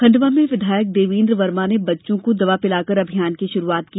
खण्डवा में विधायक देवेन्द्र वर्मा ने बच्चों को दवा पिलाकर अभियान की श्रुआत की